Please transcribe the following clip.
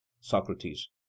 Socrates